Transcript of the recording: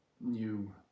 new